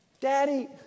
Daddy